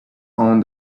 own